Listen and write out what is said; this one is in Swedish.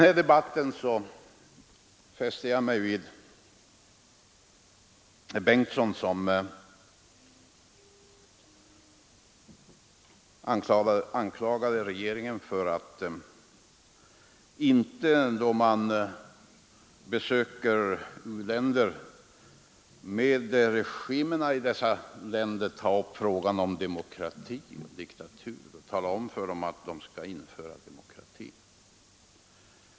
I denna debatt fäster jag mig vid att herr Bengtson anklagar regeringen för att dess representanter vid besök i u-länder med regimerna i dessa länder inte har diskuterat frågan om demokrati eller diktatur och talat om för dem att de skall införa demokrati.